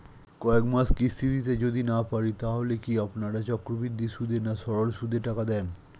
কয়েক মাস কিস্তি দিতে যদি না পারি তাহলে কি আপনারা চক্রবৃদ্ধি সুদে না সরল সুদে টাকা দেন?